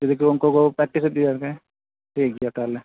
ᱡᱩᱫᱤ ᱠᱚ ᱩᱱᱠᱩ ᱠᱚ ᱯᱮᱠᱴᱤᱥ ᱤᱫᱤᱭᱟ ᱴᱷᱤᱠ ᱜᱮᱭᱟ ᱛᱟᱦᱚᱞᱮ